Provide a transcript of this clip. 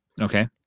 Okay